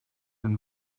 and